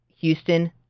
Houston